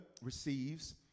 receives